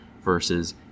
versus